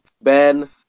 Ben